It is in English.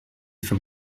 for